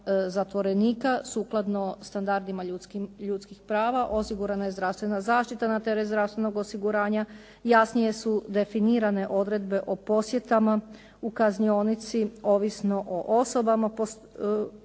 zatvorenika. Sukladno standardima ljudskih prava osigurana zdravstvena zaštita na teret zdravstvenog osiguranja. Jasnije su definirane odredbe o posjetama u kaznionicama, ovisno o osobama posjetitelja